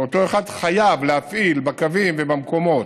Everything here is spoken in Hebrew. שאותו אחד חייב להפעיל בקווים ובמקומות.